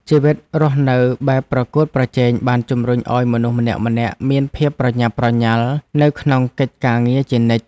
ជីវិតរស់នៅបែបប្រកួតប្រជែងបានជម្រុញឱ្យមនុស្សម្នាក់ៗមានភាពប្រញាប់ប្រញាល់នៅក្នុងកិច្ចការងារជានិច្ច។